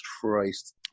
Christ